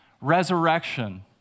Resurrection